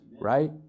right